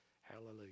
Hallelujah